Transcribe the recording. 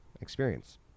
experience